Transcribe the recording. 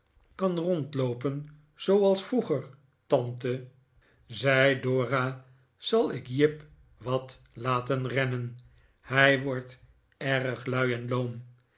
kan rondloopen zooals vroeger tante zei dora zal ik jip wat laten rennen hij wordt erg lui en loom